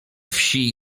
wsi